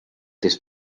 this